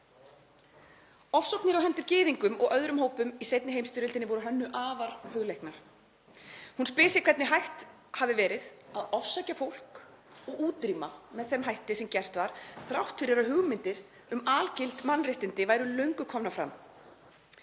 Ofsóknir á hendur gyðingum og öðrum hópum í seinni heimsstyrjöldinni voru Hönnu afar hugleiknar. Hún spyr sig hvernig hægt hafi verið að ofsækja fólk og útrýma því með þeim hætti sem gert var þrátt fyrir að hugmyndir um algild mannréttindi væru löngu komnar fram.